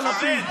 איפה לפיד?